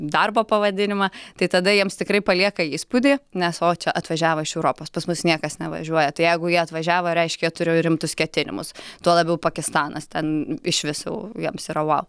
darbo pavadinimą tai tada jiems tikrai palieka įspūdį nes o čia atvažiavo iš europos pas mus niekas nevažiuoja tai jeigu jie atvažiavo reiškia turiu rimtus ketinimus tuo labiau pakistanas ten išvis jau jis yra wow